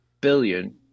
billion